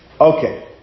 Okay